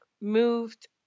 moved